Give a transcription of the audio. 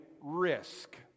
risk